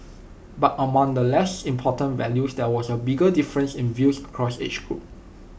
but among the less important values there was A bigger difference in views across the age groups